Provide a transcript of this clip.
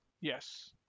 Yes